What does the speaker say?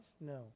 No